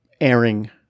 airing